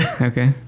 Okay